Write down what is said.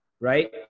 right